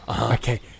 Okay